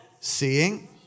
Seeing